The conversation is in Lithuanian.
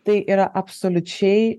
tai yra absoliučiai